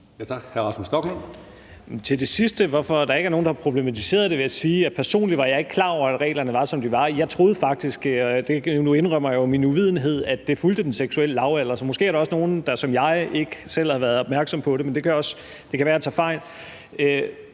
– at det fulgte den seksuelle lavalder. Så måske er der også nogle, der som jeg ikke har været opmærksom på det, men det kan være, jeg tager fejl